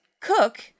cook